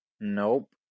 Nope